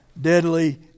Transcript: deadly